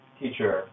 teacher